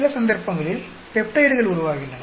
சில சந்தர்ப்பங்களில் பெப்டைடுகள் உருவாகின்றன